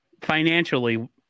Financially